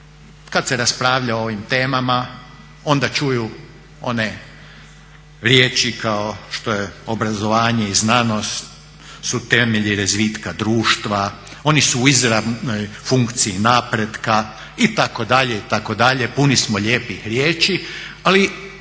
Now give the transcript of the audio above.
kad se raspravlja o ovim temama onda čuju one riječi kao što je obrazovanje i znanost su temelji razvitka društva. Oni su u izravnoj funkciji napretka itd. itd. Puni smo lijepih riječi, ali